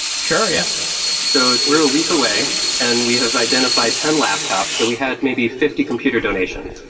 sure. yeah so we're a week away and we have identified ten laptops. so we had maybe fifty computer donations.